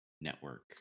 network